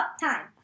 time